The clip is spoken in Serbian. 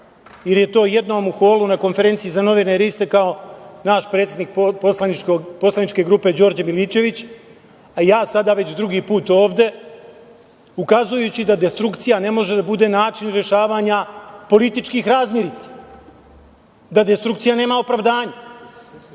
jer je to jednom u holu na konferenciji za novinare, jer je istakao naš predsednik poslaničke grupe Đorđe Milićević, a ja sada već drugi put ovde, ukazujući da destrukcija ne može da bude način rešavanja političkih razmirica. Da destrukcija nema opravdanja,